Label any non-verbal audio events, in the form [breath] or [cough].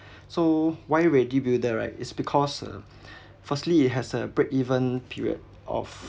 so why will they give you that right it's because uh [breath] firstly it has a break even period of